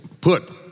put